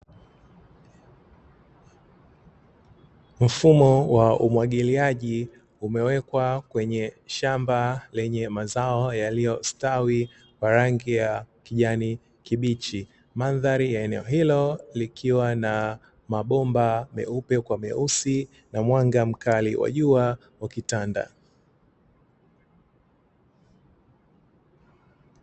Mfumo wa umwagiliaji umewekwa kwenye shamba lenye mazao yaliyostawi kwa rangi ya kijani kibichi. Manadhari ya eneo hilo likiwa na mabomba meupe kwa meusi na mwanga mkali wa jua ukitanda.